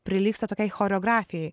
prilygsta tokiai choreografijai